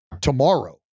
tomorrow